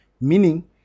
Meaning